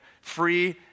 free